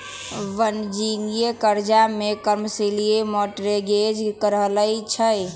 वाणिज्यिक करजा में कमर्शियल मॉर्टगेज रहै छइ